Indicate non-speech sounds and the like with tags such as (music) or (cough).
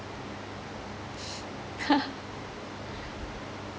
(laughs)